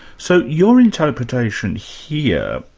so your interpretation here,